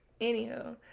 Anywho